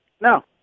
No